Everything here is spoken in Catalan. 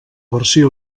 versió